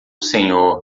senhor